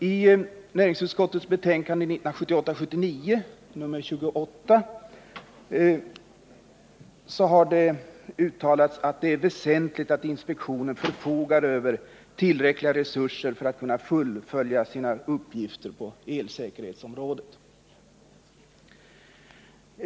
I näringsutskottets betänkande 1978/79:28 uttalas att det är väsentligt att inspektionen förfogar över tillräckliga resurser för att kunna fullfölja sina uppgifter på elsäkerhetsområdet.